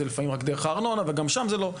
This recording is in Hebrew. זה לפעמים רק דרך הארנונה וגם שם זה לא.